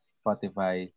spotify